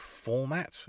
format